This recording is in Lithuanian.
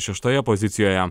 šeštoje pozicijoje